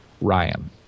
Ryan